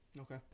okay